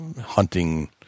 hunting